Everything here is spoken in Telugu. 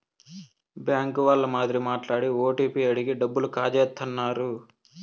బ్యాంక్ వాళ్ళ మాదిరి మాట్లాడి ఓటీపీ అడిగి డబ్బులు కాజేత్తన్నారు